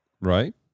right